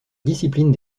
discipline